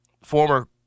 former